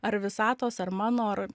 ar visatos ar mano ar